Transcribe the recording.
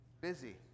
busy